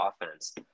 offense